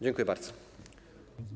Dziękuję bardzo.